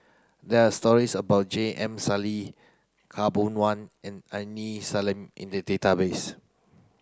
there are stories about J M Sali Khaw Boon Wan and Aini Salim in the database